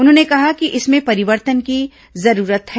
उन्होंने कहा कि इसमें परिवर्तन की जरूरत है